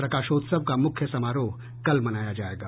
प्रकाशोत्सव का मुख्य समारोह कल मनाया जायेगा